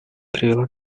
привела